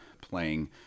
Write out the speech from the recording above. playing